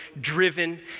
driven